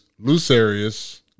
Lucerius